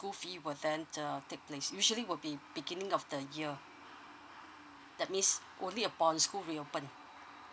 the school fee will then uh take place usually will be beginning of the year that means only upon school reopened